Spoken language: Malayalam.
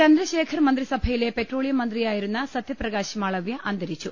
ചന്ദ്രശേഖർ മന്ത്രിസഭയിലെ പെട്രോളിയം മന്ത്രിയായിരുന്ന സത്യപ്ര കാശ് മാളവ്യ അന്തരിച്ചു